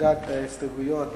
הצגת ההסתייגויות